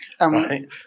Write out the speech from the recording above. Right